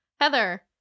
heather